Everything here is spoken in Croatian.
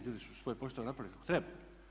Ljudi su svoj posao napravili kako treba.